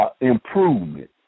improvement